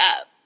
up